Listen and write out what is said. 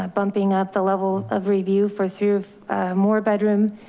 ah bumping up the level of review for through more bedroom.